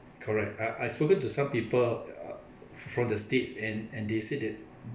correct I I have spoken to some people uh from the states and and they said that